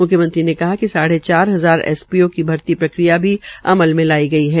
म्ख्यमंत्री ने कहा कि साढ़े चार हजार एसपीओ की भर्ती प्रक्रिया भी अमल में लाई गई है